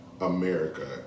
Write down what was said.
America